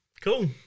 Cool